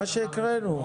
מה שהקראנו.